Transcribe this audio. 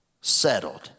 settled